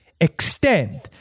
extend